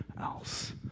else